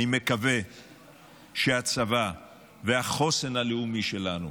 אני מקווה שהצבא והחוסן הלאומי שלנו